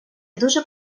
дуже